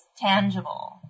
tangible